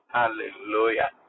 hallelujah